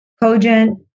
cogent